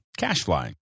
CashFly